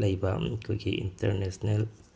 ꯂꯩꯕ ꯑꯩꯈꯣꯏꯒꯤ ꯏꯟꯇꯔꯅꯦꯁꯅꯦꯜ